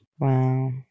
Wow